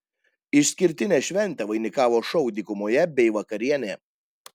išskirtinę šventę vainikavo šou dykumoje bei vakarienė